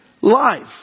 life